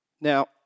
Now